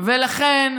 לכן,